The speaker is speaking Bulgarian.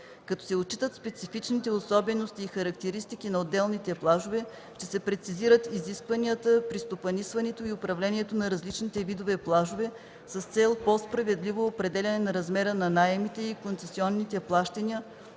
Като се отчитат специфичните особености и характеристики на отделните плажове, ще се прецизират изискванията при стопанисването и управлението на различните видове плажове с цел по-справедливо определяне на размера на наемите и концесионните плащания